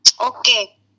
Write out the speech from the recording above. Okay